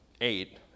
eight